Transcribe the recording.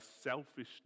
selfishness